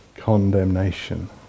Condemnation